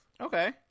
Okay